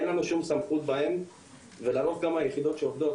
אין לנו שום סמכות בהם ולרוב גם היחידות שעובדות,